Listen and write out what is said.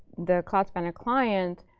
the cloud spanner client